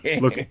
Look